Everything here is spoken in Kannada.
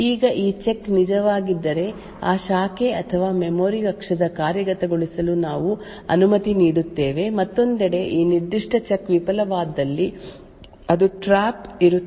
ಈಗ ಈ ಚೆಕ್ ನಿಜವಾಗಿದ್ದರೆ ಆ ಶಾಖೆ ಅಥವಾ ಮೆಮೊರಿ ಅಕ್ಷದ ಕಾರ್ಯಗತಗೊಳಿಸಲು ನಾವು ಅನುಮತಿ ನೀಡುತ್ತೇವೆ ಮತ್ತೊಂದೆಡೆ ಈ ನಿರ್ದಿಷ್ಟ ಚೆಕ್ ವಿಫಲವಾದಲ್ಲಿ ಒಂದು ಟ್ರ್ಯಾಪ್ ಇರುತ್ತದೆ ಮತ್ತು ಟ್ರ್ಯಾಪ್ ಹ್ಯಾಂಡ್ಲರ್ ಅನ್ನು ಕಾರ್ಯಗತಗೊಳಿಸಲಾಗುತ್ತದೆ ಸಾಮಾನ್ಯವಾಗಿ ಏನಾಗುತ್ತದೆ ಎಂದರೆ ಆಬ್ಜೆಕ್ಟ್ ಫೈಲ್ ಕೊನೆಗೊಳ್ಳುತ್ತದೆ